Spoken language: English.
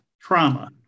trauma